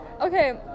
Okay